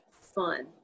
fun